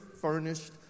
furnished